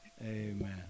amen